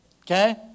Okay